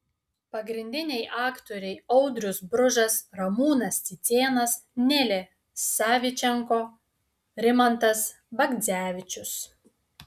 pagrindiniai aktoriai audrius bružas ramūnas cicėnas nelė savičenko rimantas bagdzevičius